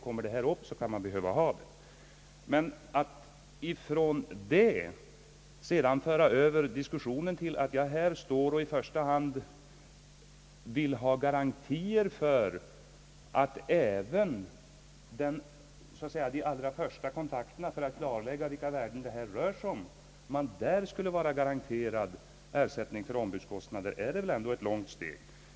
Att därifrån sedan föra över diskussionen till att jag står här och i första hand vill ha garantier för även de allra första kontakterna, för att klarlägga vilka värden det rör sig om, att man där skulle vara garanterad ersättning för ombudskostnader är det ändå ett ganska långt steg.